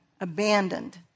abandoned